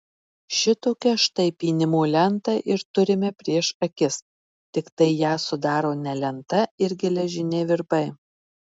šitokią štai pynimo lentą ir turime prieš akis tiktai ją sudaro ne lenta ir geležiniai virbai